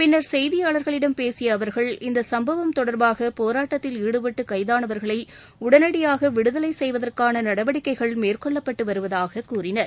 பின்னர் செய்தியாளர்களிடம் பேசிய அவர்கள் இந்த சம்பவம் தொடர்பாக போராட்டத்தில் ஈடுபட்டு கைதானவா்களை உடனடியாக விடுதலை செய்வதற்கான நடவடிக்கைகள் மேற்கொள்ளப்பட்டு வருவதாக கூறினர்